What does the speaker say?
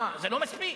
מה, זה לא מספיק?